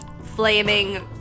flaming